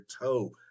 toe